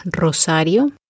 Rosario